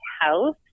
house